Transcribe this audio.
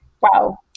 Wow